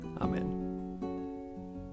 Amen